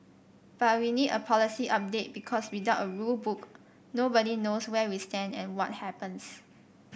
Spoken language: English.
but we need a policy update because without a rule book nobody knows where we stand and what happens